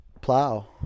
Plow